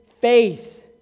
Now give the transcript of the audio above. faith